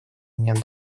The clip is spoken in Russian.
меня